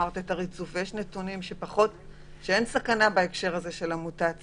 את הריצוף ועולה משם שאין בה סכנה בהקשר של המוטציה,